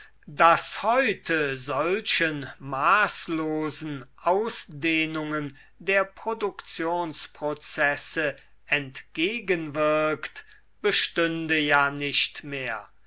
das heute solchen maßlosen ausdehnungen der produktionsprozesse entgegenwirkt bestünde ja nicht mehr